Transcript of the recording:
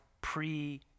pre